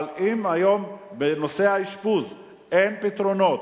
אבל אם היום בנושא האשפוז אין פתרונות,